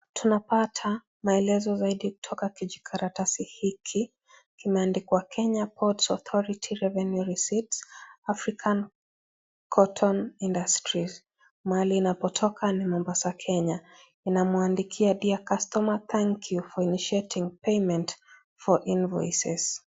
Tunapata maelezo zaidi kutoka kijikaratasi hiki kimeandikwa kenya ports authority revenue receipt african cotton industries mahali ilikotoka ni Mombasa Kenya inamwandikia dear customer thankyou for initiating payment for invoices .